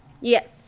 Yes